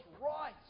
right